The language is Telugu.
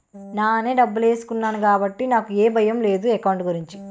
నానే డబ్బులేసుకున్నాను కాబట్టి నాకు ఏ భయం లేదు ఎకౌంట్ గురించి